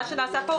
מה שנעשה פה,